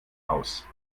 aus